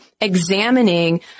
examining